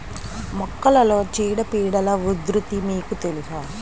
మొక్కలలో చీడపీడల ఉధృతి మీకు తెలుసా?